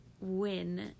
win